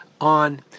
on